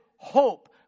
Hope